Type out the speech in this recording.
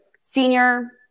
senior